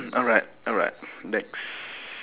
alright alright next